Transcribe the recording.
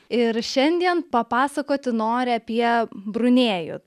ir šiandien papasakoti nori apie brunėjų